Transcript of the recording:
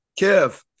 Kev